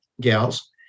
gals